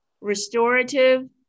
restorative